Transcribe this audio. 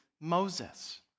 Moses